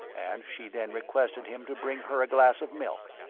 and she then requested him to bring her a glass of milk.